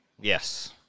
Yes